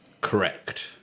Correct